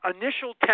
initial